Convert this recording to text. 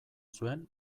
zuen